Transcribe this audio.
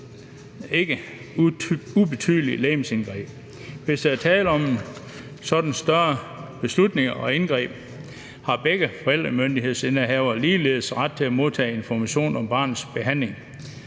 ikke ubetydelige legemsindgreb. Hvis der er tale om sådanne større beslutninger og indgreb, har begge forældremyndighedsindehavere ligeledes ret til at modtage information om barnets behandling.